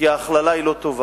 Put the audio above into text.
כי ההכללה היא לא טובה,